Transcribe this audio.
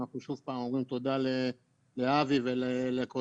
אנחנו שוב אומרים תודה לאבי ולקודמו,